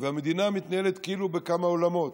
והמדינה מתנהלת כאילו בכמה עולמות.